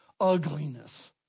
ugliness